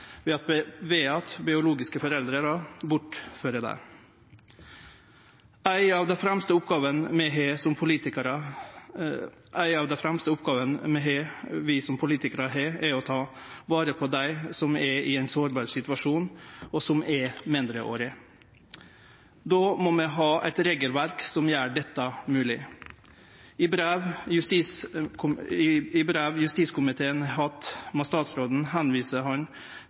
ved at biologiske foreldre bortfører dei. Ei av dei fremste oppgåvene vi har som politikarar, er å ta vare på dei som er i ein sårbar situasjon, og som er mindreårige. Då må vi ha eit regelverk som gjer dette mogleg. I brev til justiskomiteen frå statsråden viser han til internasjonale barnebortføringar, men eg finn grunn til å minne om at